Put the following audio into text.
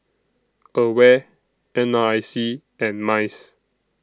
AWARE N R I C and Mice